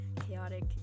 chaotic